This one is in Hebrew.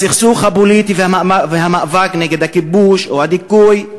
הסכסוך הפוליטי והמאבק נגד הכיבוש או הדיכוי,